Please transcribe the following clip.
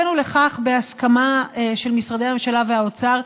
בהסכמה של משרדי הממשלה והאוצר,